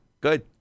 Good